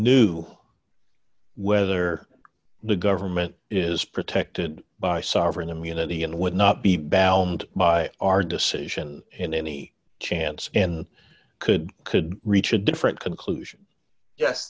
new whether the government is protected by sovereign immunity and would not be bound by our decision in any chance and could could reach a different conclusion yes